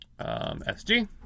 SG